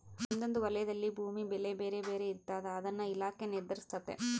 ಒಂದೊಂದು ವಲಯದಲ್ಲಿ ಭೂಮಿ ಬೆಲೆ ಬೇರೆ ಬೇರೆ ಇರ್ತಾದ ಅದನ್ನ ಇಲಾಖೆ ನಿರ್ಧರಿಸ್ತತೆ